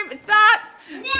um and sockie